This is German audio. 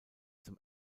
zum